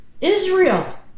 Israel